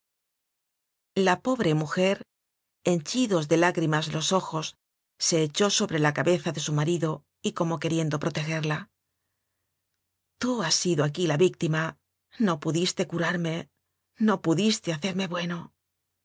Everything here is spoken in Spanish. la pobre mujer henchidos de lágrimas los ojos se echó sobre la cabeza de su marido y como queriendo protegerla tú has sido aquí la víctima no pudiste curarme no pudiste hacerme bueno